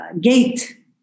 gate